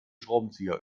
schraubenzieher